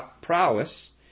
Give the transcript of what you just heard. prowess